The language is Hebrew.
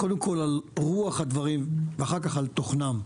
קודם כל על רוח הדברים ואחר כך על תוכנם.